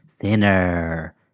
Thinner